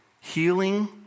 healing